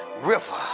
river